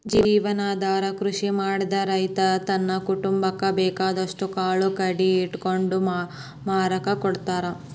ಜೇವನಾಧಾರ ಕೃಷಿ ಮಾಡಿದ್ರ ರೈತ ತನ್ನ ಕುಟುಂಬಕ್ಕ ಬೇಕಾದಷ್ಟ್ ಕಾಳು ಕಡಿ ಇಟ್ಕೊಂಡು ಮಾರಾಕ ಕೊಡ್ತಾರ